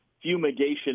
fumigation